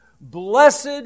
Blessed